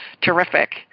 terrific